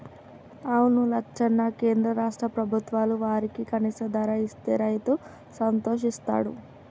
అవును లచ్చన్న కేంద్ర రాష్ట్ర ప్రభుత్వాలు వారికి కనీస ధర ఇస్తే రైతు సంతోషిస్తాడు